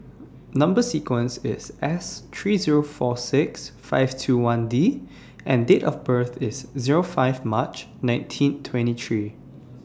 Number sequences IS S three Zero four six five two one D and Date of birth IS Zero five March nineteen twenty three